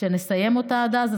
שנסיים אותה עד אז.